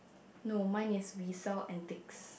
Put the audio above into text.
no mine is we sell and takes